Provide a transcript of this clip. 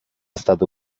stato